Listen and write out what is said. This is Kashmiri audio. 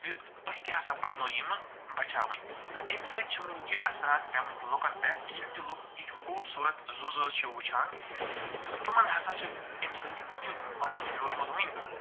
زِ تۄہہِ تہِ ہَسا پزنو یِمہٕ بَچٲوٕنۍ تہٕ اَمہِ سۭتۍ چھِ وٕنہِ یہِ اثرات پیمٕتۍ لُکن پٮ۪ٹھ ییٚلہِ تہِ لُکھ یِتھ خوٗبصوٗرت زُو زٲژ چھِ وٕچھان تہٕ تِمن ہَسا چھِ اَمہِ سۭتۍ یہِ مدتھ میوٗلمُت وٕنۍ